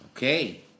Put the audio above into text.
Okay